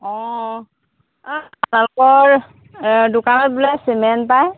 অঁ অ' আপোনালোকৰ দোকানত বোলে চিমেণ্ট পায়